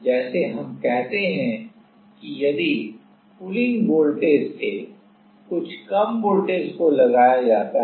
जैसे हम कहते हैं कि यदि पुलिंग वोल्टेज से कुछ कम वोल्टेज को लगाया जाता है